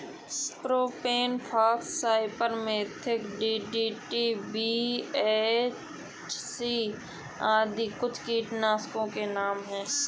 propane fox, cypermethrin, DDT, BHC आदि कुछ कीटनाशकों के नाम हैं